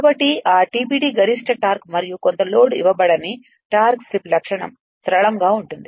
కాబట్టి ఆ TBD గరిష్ట టార్క్ మరియు కొంత లోడ్ ఇవ్వబడని టార్క్ స్లిప్ లక్షణం సరళంగా ఉంటుంది